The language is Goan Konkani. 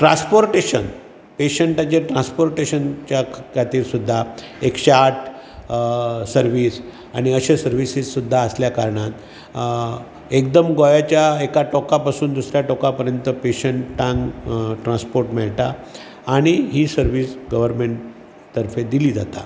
ट्रास्पोर्टेशन पेशंटाचें ट्रास्पोर्टेशन च्याक खातीर सुद्दां एकशे आठ सर्वीस आनी अशे सर्वीस सुद्दां आसल्या कारणाक एकदम गोव्याच्या तोका पसून दुसऱ्या तोका पर्यंत पेशंटांक ट्रान्सपाॅर्ट मेळटा आनी ही सर्वीस गव्हरमेंट तर्फे दिली जाता